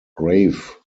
grave